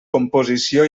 composició